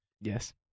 Yes